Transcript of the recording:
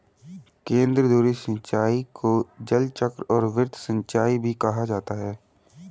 केंद्रधुरी सिंचाई को जलचक्र और वृत्त सिंचाई भी कहा जाता है